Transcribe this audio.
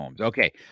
Okay